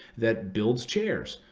that builds chairs.